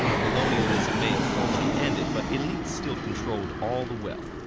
colonialism may have formally ended, but elites still controlled all the wealth.